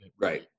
right